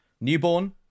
Newborn